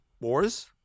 Wars